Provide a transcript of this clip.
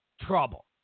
trouble